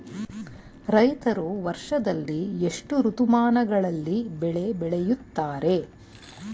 ರೈತರು ವರ್ಷದಲ್ಲಿ ಎಷ್ಟು ಋತುಮಾನಗಳಲ್ಲಿ ಬೆಳೆ ಬೆಳೆಯುತ್ತಾರೆ?